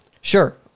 Sure